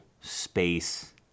space